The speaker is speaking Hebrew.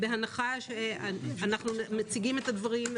אנחנו מציגים את הדברים,